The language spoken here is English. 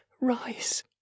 rise